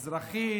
אזרחית,